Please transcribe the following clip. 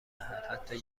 محل، حتی